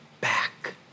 back